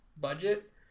budget